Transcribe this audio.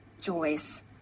Joyce